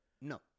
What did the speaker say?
No